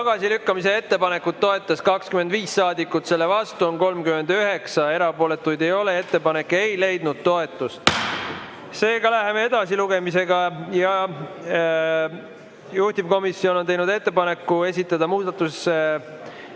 Tagasilükkamise ettepanekut toetas 25 saadikut, selle vastu on 39, erapooletuid ei ole. Ettepanek ei leidnud toetust. Seega läheme lugemisega edasi. Juhtivkomisjon on teinud ettepaneku esitada muudatusettepanekud